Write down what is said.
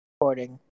recording